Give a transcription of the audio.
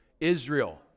Israel